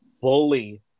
fully